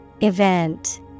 Event